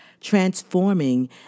transforming